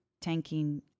tanking